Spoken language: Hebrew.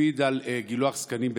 להקפיד על גילוח זקנים בצה"ל.